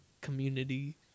community